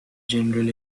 general